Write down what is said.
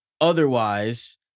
Otherwise